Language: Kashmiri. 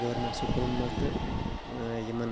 گورمیٚنٹ سکوٗلَن مَنٛز تہٕ یِمَن